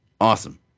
Awesome